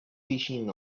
fishing